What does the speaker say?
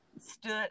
stood